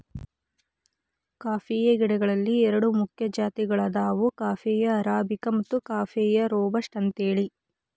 coffee ಗಿಡಗಳಲ್ಲಿ ಎರಡು ಮುಖ್ಯ ಜಾತಿಗಳದಾವ ಕಾಫೇಯ ಅರಾಬಿಕ ಮತ್ತು ಕಾಫೇಯ ರೋಬಸ್ಟ ಅಂತೇಳಿ